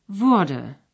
wurde